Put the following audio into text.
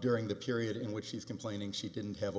during the period in which she's complaining she didn't have a